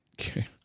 Okay